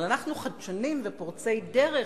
אבל אנחנו חדשנים ופורצי דרך,